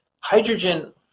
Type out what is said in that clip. Hydrogen